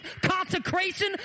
consecration